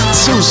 two